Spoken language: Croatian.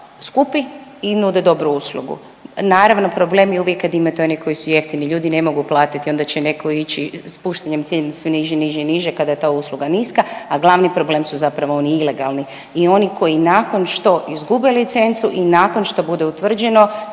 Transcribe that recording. skupi i nude dobru uslugu. Naravno problem je uvijek kad imate onih koji su jeftini, ljudi ne mogu platiti onda će neko ići spuštanjem cijene sve niže, niže i niže kada je ta usluga niska, a glavni problem su zapravo oni ilegalni i oni koji nakon što izgube licencu i nakon što bude utvrđeno